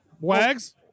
Wags